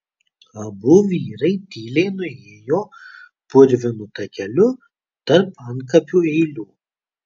abu vyrai tyliai nuėjo purvinu takeliu tarp antkapių eilių